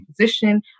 position